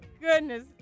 goodness